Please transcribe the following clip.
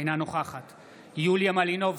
אינה נוכחת יוליה מלינובסקי,